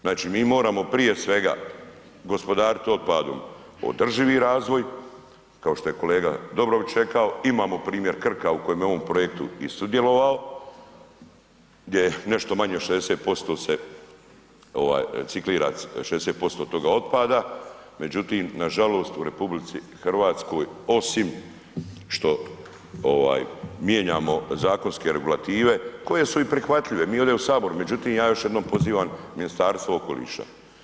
Znači mi moramo prije svega gospodariti otpadom održivi razvoj, kao što je kolega Dobrović rekao, imamo primjer Krka u kojem je on projektu u sudjelovao gdje je nešto manje od 60% se reciklira, 60% toga otpada međutim, nažalost u RH osim što mijenjamo zakonske regulativne, koje su i prihvatljive, mi ovdje u Saboru, međutim ja još jednom pozivam Ministarstvo okoliša.